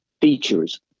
features